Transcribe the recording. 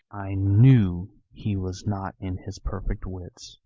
i knew he was not in his perfect wits.